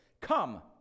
Come